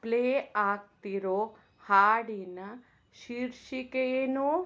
play ಆಗ್ತಿರೋ ಹಾಡಿನ ಶೀರ್ಷಿಕೆ ಏನು